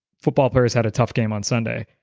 football players had a tough game on sunday,